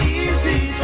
easy